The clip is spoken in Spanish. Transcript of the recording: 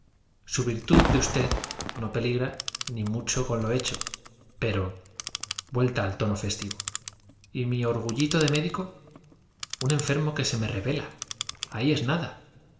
su virtud de usted no peligra ni mucho menos con lo hecho pero vuelta al tono festivo y mi orgullito de médico un enfermo que se me rebela ahí es nada